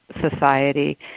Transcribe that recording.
society